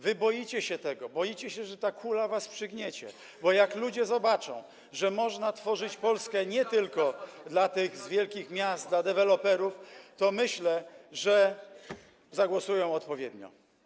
Wy boicie się tego, boicie się, że ta kula was przygniecie, bo jak ludzie zobaczą, że można tworzyć Polskę nie tylko dla tych z wielkich miast, dla deweloperów, to myślę, że zagłosują odpowiednio.